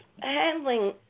handling